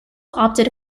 opted